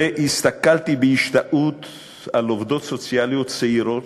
והסתכלתי בהשתאות על עובדות סוציאליות צעירות,